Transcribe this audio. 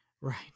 Right